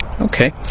Okay